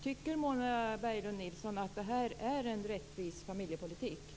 Tycker Mona Berglund Nilsson att det här är en rättvis familjepolitik?